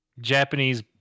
Japanese